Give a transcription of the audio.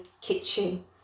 kitchen